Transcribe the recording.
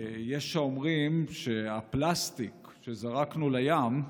יש האומרים שהפלסטיק שזרקנו לים,